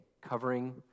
covering